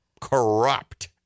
corrupt